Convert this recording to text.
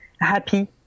happy